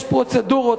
יש פרוצדורות,